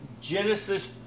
genesis